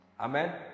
Amen